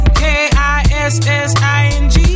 K-I-S-S-I-N-G